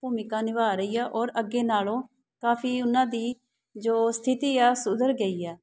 ਭੂਮਿਕਾ ਨਿਭਾਅ ਰਹੀ ਆ ਔਰ ਅੱਗੇ ਨਾਲੋਂ ਕਾਫੀ ਉਹਨਾਂ ਦੀ ਜੋ ਸਥਿਤੀ ਆ ਸੁਧਰ ਗਈ ਆ